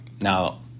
Now